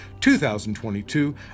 2022